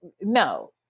no